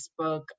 facebook